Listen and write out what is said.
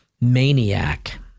maniac